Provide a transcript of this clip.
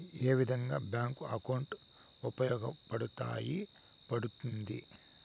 ఏ విధంగా bank account ఉపయోగపడతాయి పడ్తుంది